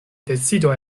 decido